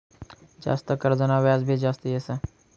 जास्त कर्जना व्याज भी जास्त येस